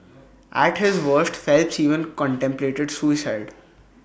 at his worst Phelps even contemplated suicide